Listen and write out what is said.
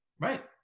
Right